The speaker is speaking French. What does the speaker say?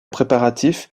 préparatifs